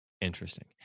interesting